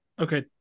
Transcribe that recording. Okay